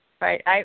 Right